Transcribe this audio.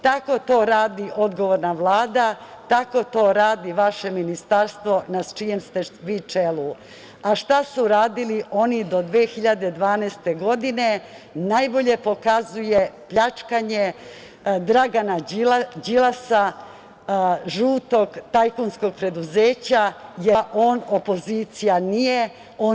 Tako to radi odgovorna Vlada, tako to radi vaše Ministarstvo na čijem ste vi čelu, a šta su radili oni do 2012. godine najbolje pokazuje pljačkanje Dragana Đilasa, žutog tajkunskog preduzeća, jer nikakva on opozicija nije.